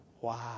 wow